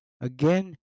again